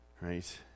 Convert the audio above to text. Right